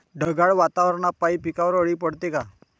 ढगाळ वातावरनापाई पिकावर अळी पडते का?